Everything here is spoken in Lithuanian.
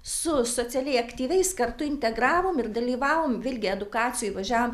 su socialiai aktyviais kartu integravom ir dalyvavom vėlgi edukacijoj važiavom